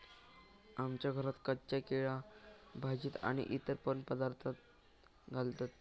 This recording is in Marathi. आमच्या घरात कच्चा केळा भाजीत आणि इतर पण पदार्थांत घालतत